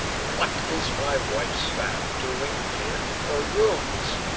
what is my wife's fan doing here in your rooms?